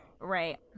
Right